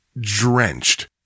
drenched